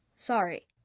Sorry